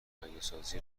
مهیاسازی